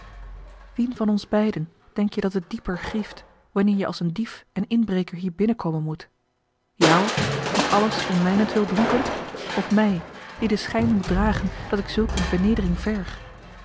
wien van ons beiden denk je dat het dieper grieft wanneer je als een dief en inbreker hier binnenkomen moet jou die alles om mijnentwil doen kunt of mij die den schijn moet dragen dat ik zulk een vernedering verg